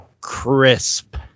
crisp